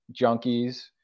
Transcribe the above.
junkies